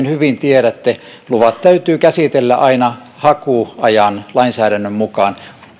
hyvin tiedätte luvat täytyy käsitellä aina hakuajan lainsäädännön mukaan